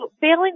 failing